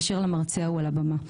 מאשר למרצה ההוא על הבמה.